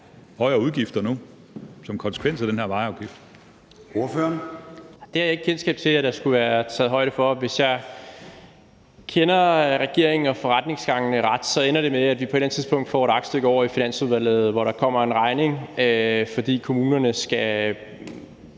Gade): Ordføreren. Kl. 10:50 Rasmus Jarlov (KF): Det har jeg ikke kendskab til at der skulle være taget højde for. Hvis jeg kender regeringen og forretningsgangene ret, ender det med, at vi på et eller andet tidspunkt får et aktstykke ovre i Finansudvalget, hvor der kommer en regning, fordi kommunerne skal